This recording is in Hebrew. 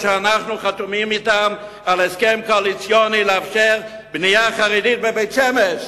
שאנחנו חתומים אתם על הסכם קואליציוני לאפשר בנייה חרדית בבית-שמש,